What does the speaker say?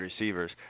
receivers